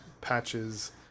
patches